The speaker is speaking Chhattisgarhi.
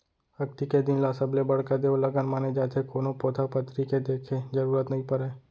अक्ती के दिन ल सबले बड़का देवलगन माने जाथे, कोनो पोथा पतरी देखे के जरूरत नइ परय